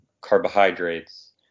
carbohydrates